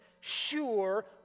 sure